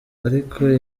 ariko